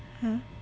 !huh!